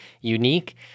unique